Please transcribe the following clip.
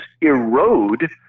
erode